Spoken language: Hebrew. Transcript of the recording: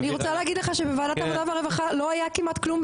אני היא רוצה להגיד לך שבוועדת העבודה והרווחה לא היה כמעט כלום,